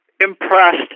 impressed